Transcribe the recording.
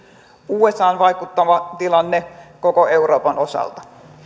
usan vaikuttava tilanne koko euroopan osalta